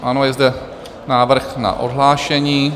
Ano, je zde návrh na odhlášení.